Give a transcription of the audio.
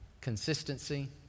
consistency